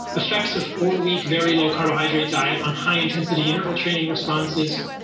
effects of four-week, very low carbohydrate diet on high intensity interval training responses.